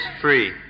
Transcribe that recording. free